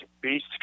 Beast